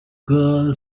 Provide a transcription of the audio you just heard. girl